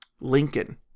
Lincoln